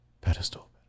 Pedestal